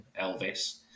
Elvis